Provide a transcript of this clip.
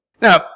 Now